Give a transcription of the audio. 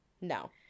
No